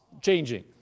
changing